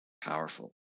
powerful